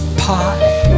pie